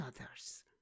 others